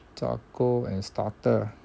charcoal and starter